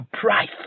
price